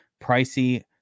pricey